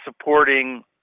supporting